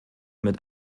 mit